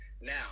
now